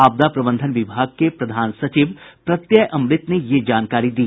आपदा प्रबंधन विभाग के प्रधान सचिव प्रत्यय अमृत ने यह जानकारी दी